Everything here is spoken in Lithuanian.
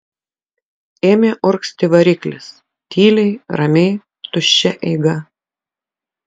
ėmė urgzti variklis tyliai ramiai tuščia eiga